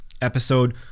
episode